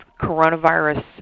coronavirus